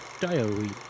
diary